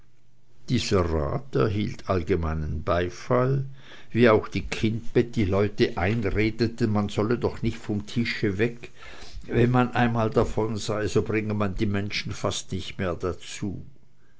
dieser rat erhielt allgemeinen beifall wie auch die kindbettileute einredeten man solle doch nicht vom tische weg wenn man einmal davon sei so bringe man die menschen fast nicht mehr dazu